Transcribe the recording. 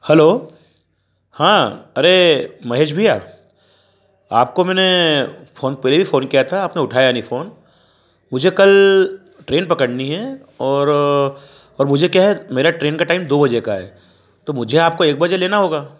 hello हाँ अरे महेश भैया आपको मैंने फोन पहले भी फ़ोन किया था आपने उठाया नहीं फ़ोन मुझे कल ट्रेन पकड़नी है और और मुझे क्या है मेरा ट्रेन का टाइम दो बजे का है तो मुझे आपको एक बजे लेना होगा